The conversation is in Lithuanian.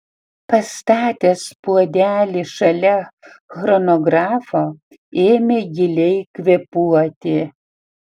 pastatęs puodelį šalia chronografo ėmė giliai kvėpuoti